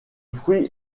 fruit